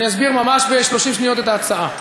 אני אסביר ממש ב-30 שניות את ההצעה.